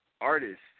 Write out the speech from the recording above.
artists